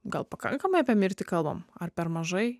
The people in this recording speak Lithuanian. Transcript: gal pakankamai apie mirtį kalbam ar per mažai